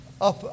up